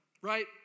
right